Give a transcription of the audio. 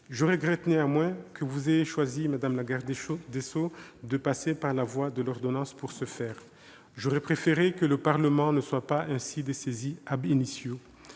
je regrette néanmoins que vous ayez choisi de passer par la voie de l'ordonnance pour ce faire. J'aurais préféré que le Parlement ne soit pas ainsi dessaisi. Je forme